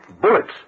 Bullets